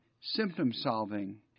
symptom-solving